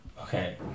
Okay